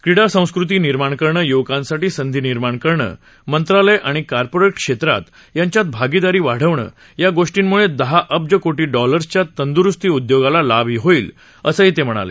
क्रीडा संस्कृती निर्माण करणं य्वकांसाठी संधी निर्माण करणं मंत्रालय आणि कॉर्पोरेट क्षेत्र यांच्यात भागिदारी वाढवणं या गोष्टींमुळे दहा अब्ज कोटी डॉलर्सच्या तंदुरुस्ती उद्योगाला लाभ होईल असं ते म्हणाले